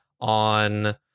on